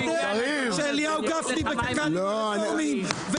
שהוא לא יודע שאליהו גפני יושב בקק"ל עם רפורמים?